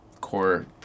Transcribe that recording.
core